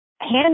hand